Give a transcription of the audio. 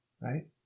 right